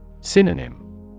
Synonym